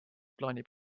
plaanib